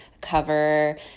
cover